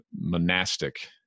monastic